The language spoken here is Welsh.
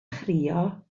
chrio